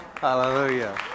Hallelujah